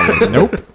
Nope